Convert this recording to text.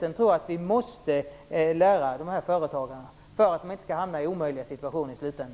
Jag tror att vi måste lära företagarna den aktiviteten för att de inte skall hamna i omöjliga situationer i slutänden.